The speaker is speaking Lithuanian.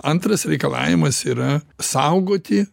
antras reikalavimas yra saugoti